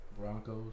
Broncos